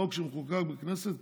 חוק שחוקק בכנסת,